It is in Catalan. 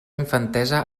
infantesa